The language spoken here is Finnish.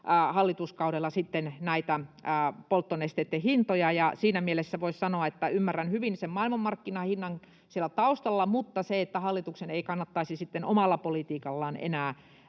hallituskaudella polttonesteiden hintoja. Siinä mielessä voisi sanoa, että ymmärrän hyvin maailmanmarkkinahinnan siellä taustalla, mutta hallituksen ei kannattaisi sitten omalla politiikallaan enää